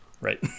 right